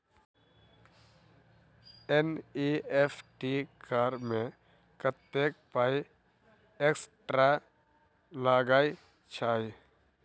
NEFT करऽ मे कत्तेक पाई एक्स्ट्रा लागई छई?